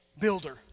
builder